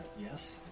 yes